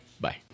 Bye